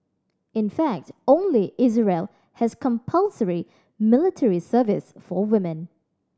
in fact only Israel has compulsory military service for women